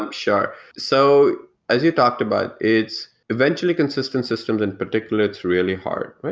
um sure. so as you talked about, it's eventually consistent system. in particular, it's really hard.